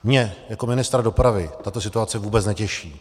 Mě jako ministra dopravy tato situace vůbec netěší.